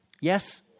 Yes